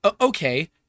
okay